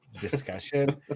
discussion